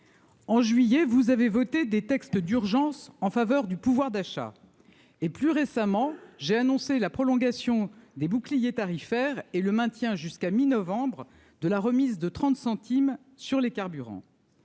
En juillet, vous avez voté des textes d'urgence en faveur du pouvoir d'achat et, plus récemment, j'ai annoncé la prolongation des bouclier tarifaire et le maintien jusqu'à mi-novembre, de la remise de 30 centimes sur les carburants,